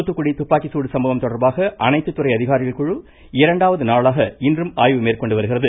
தூத்துக்குடி துப்பாக்கி சூடு சம்பவம் தொடர்பாக அனைத்து துறை அதிகாரிகள் குழு இரண்டாவது நாளாக இன்றும் ஆய்வு மேற்கொண்டு வருகிறது